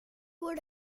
would